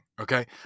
okay